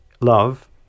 love